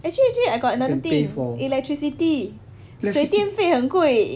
actually actually I got another thing electricity 水电费很贵